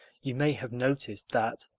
you may have noticed that.